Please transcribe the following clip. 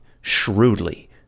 shrewdly